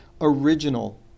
original